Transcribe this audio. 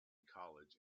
college